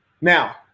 now